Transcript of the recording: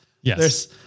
Yes